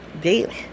daily